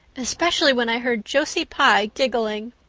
especially when i heard josie pye giggling.